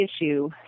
issue